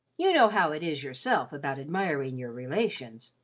you know how it is yourself about admiring your relations.